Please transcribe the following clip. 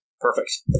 Perfect